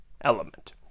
element